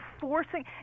forcing